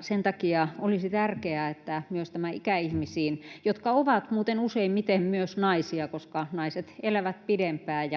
Sen takia olisi tärkeää, että myös tämä ikäihmisiin — jotka muuten myös ovat useimmiten naisia, koska naiset elävät pidempään